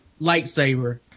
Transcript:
lightsaber